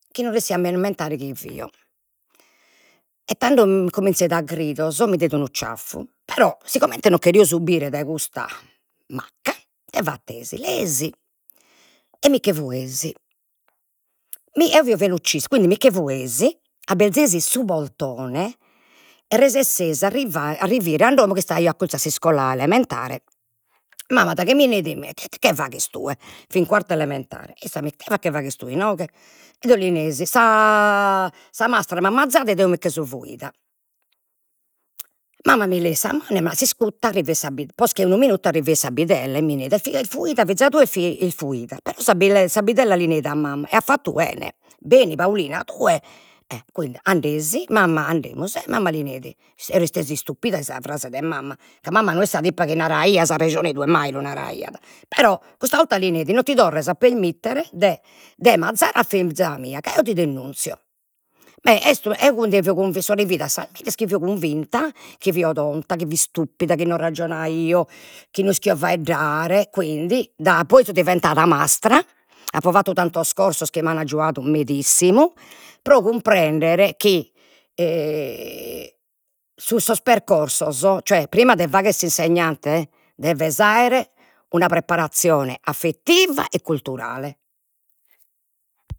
Chi non resessio a mind'ammentare chie fio, e tando cominzeit a gridos, mi deit unu ciaffu, però sigomente non cherio subire dai custa macca, ite fattesi, leesi e micche fuesi, mi eo fio velocissima quindi micche fuesi, aberzesi su portone e resessesi a arrivare, arrivire a domo ca istaio accurzu a s'iscola elementare. Mamma daghi m'ideit neit, ite che faghes tue, fio in quarta elementare, issa ite che faghes tue inoghe, ed eo li nesi, sa mastra m'at mazzadu ed eo micche sò fuida, mamma mi leeit sa manu e a s'iscutta arriveit sa posca 'e unu minutu arriveit sa bidella, e mi neit, est est fuida fiza tua est fu- fuida, però sa bidella, sa bidella li neit a mamma, e at fattu 'ene, beni Paulina tue, e quindi andesi, mamma andemus, e mamma li neit, si eo restesi istupida 'e sa frase de mamma, ca mamma no est sa tipa chi naraiat, as rascione tue, mai lu naraiat, però custa orta li neit, non ti torres a permittere de de mazzare a fiza mia ca eo ti dennunzio, beh est eo cun so arrivida a sas medias chi fio cunvinta chi fio tonta, chi fio istupida, chi non rajonaio, chi no ischio faeddare, quindi da, poi so diventada, apo fattu tantos corsos chi m'an aggiuadu medissimu, pro cumprendere chi sun sos percorsos, cioè prima de faghere s'insegnante deves aere una preparazione affettiva e culturale.